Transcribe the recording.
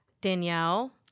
Danielle